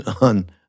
On